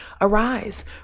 arise